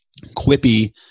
quippy